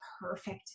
perfect